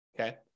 okay